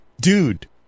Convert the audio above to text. dude